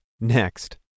Next